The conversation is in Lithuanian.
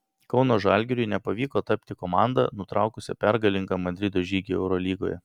kauno žalgiriui nepavyko tapti komanda nutraukusia pergalingą madrido žygį eurolygoje